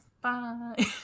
Bye